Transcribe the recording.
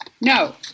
No